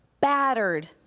Battered